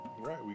Right